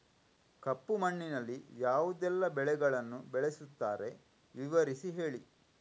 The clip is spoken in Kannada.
ಕಪ್ಪು ಮಣ್ಣಿನಲ್ಲಿ ಯಾವುದೆಲ್ಲ ಬೆಳೆಗಳನ್ನು ಬೆಳೆಸುತ್ತಾರೆ ವಿವರಿಸಿ ಹೇಳಿ